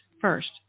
first